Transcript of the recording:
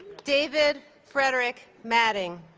david frederick madding